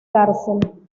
cárcel